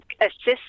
assist